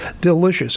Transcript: Delicious